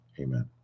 Amen